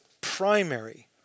primary